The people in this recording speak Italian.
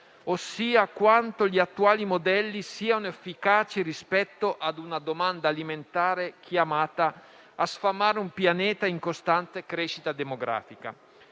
ossia quanto gli attuali modelli siano efficaci rispetto a una domanda alimentare chiamata a sfamare un pianeta in costante crescita demografica.